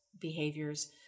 behaviors